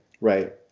Right